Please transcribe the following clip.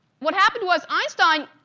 what happened was, einstein,